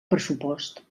pressupost